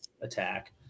attack